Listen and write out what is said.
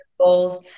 goals